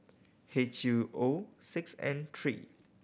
H U O six N three